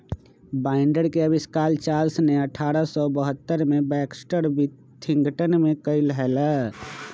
binder के आविष्कार Charles ने अठारह सौ बहत्तर में बैक्सटर विथिंगटन में कइले हल